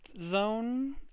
zone